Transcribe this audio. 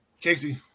Casey